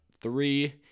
three